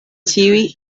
ĉiuj